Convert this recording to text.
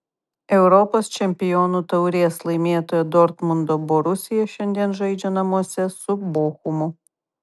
europos čempionų taurės laimėtoja dortmundo borusija šiandien žaidžia namuose su bochumu